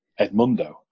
Edmundo